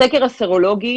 הסקר הסרולוגי